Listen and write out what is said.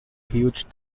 huge